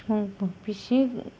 बेसेबां बेसे